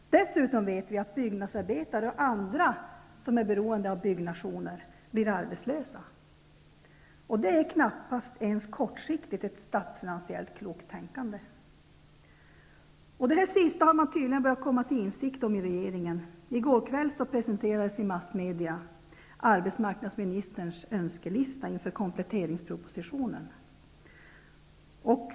Dessutom vet vi att byggnadsarbetare och andra som är beroende av byggnationer blir arbetslösa. Det är knappast ens kortsiktigt ett statsfinansiellt klokt tänkande. Det sistnämnda har man tydligen börjat komma till insikt om i regeringen. I går kväll presenterades i massmedia arbetsmarknadsministerns önskelista inför kompletteringspropositionen.